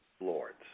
lords